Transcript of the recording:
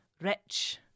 rich